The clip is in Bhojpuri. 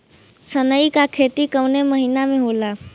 सनई का खेती कवने महीना में होला?